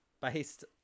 based